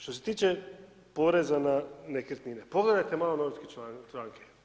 Što se tiče poreza na nekretnine, pogledajte malo novinske članke.